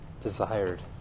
desired